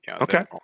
Okay